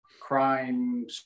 crime